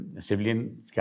civilian